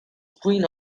queen